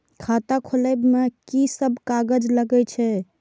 खाता खोलब में की सब कागज लगे छै?